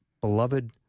beloved